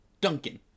duncan